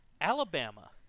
Alabama